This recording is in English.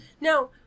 Now